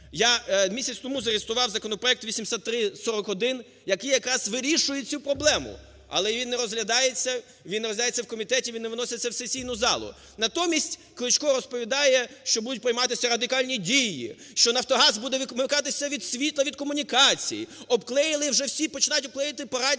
Я місяць тому зареєстрував законопроект 8341, який якраз вирішує цю проблему, але він не розглядається. Він розглядається у комітеті і він не виноситься у сесійну залу. Натомість Кличко розповідає, що будуть прийматися радикальні дії, що "Нафтогаз" буде відмикатися від світла, від комунікацій, обклеїли вже всі… починають обклеювати парадні